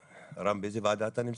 רם באיזה ועדה אתה נמצא?